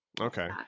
Okay